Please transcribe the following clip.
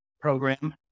program